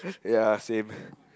ya same